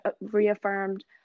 reaffirmed